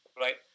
right